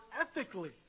ethically